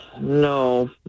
No